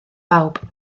bawb